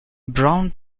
brown